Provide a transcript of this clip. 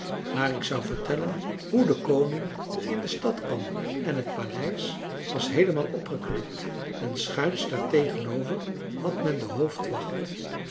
maar ik zou vertellen hoe de koning in de stad kwam en het paleis was heelemaal opgeknapt en schuins daartegenover had men de